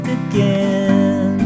again